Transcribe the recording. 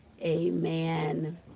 Amen